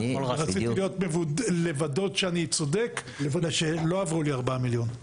רציתי לוודא שאני צודק בגלל שלא עברו לי 4 מיליון.